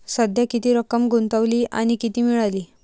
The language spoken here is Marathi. सध्या किती रक्कम गुंतवली आणि किती मिळाली